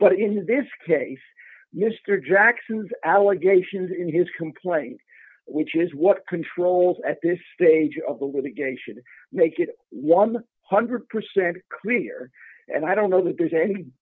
but in this case mr jackson's allegations in his complaint which is what controls at this stage of the with the gate should make it one hundred percent clear and i don't know that there's any